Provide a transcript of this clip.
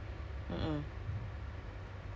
daripada you work kat kerja